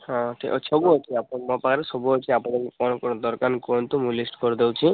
ହଁ ସବୁ ଅଛି ଆପଣ ମୋ ପାଖରେ ସବୁ ଅଛି ଆପଣଙ୍କୁ କ'ଣ କ'ଣ ଦରକାର କୁହନ୍ତୁ ମୁଁ ଲିଷ୍ଟ କରିଦଉଛି